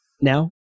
Now